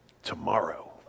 tomorrow